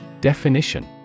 Definition